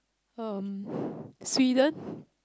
um Sweden